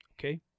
okay